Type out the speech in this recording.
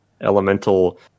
Elemental